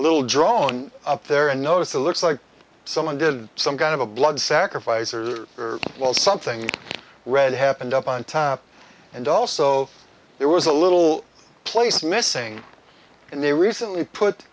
little drawn up there and noticed a looks like someone did some kind of a blood sacrifice or well something red happened up on top and also there was a little place missing and they recently put